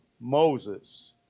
Moses